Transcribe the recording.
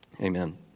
amen